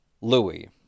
Louis